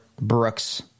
Brooks